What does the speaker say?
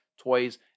toys